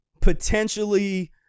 potentially